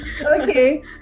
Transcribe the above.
Okay